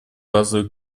базовые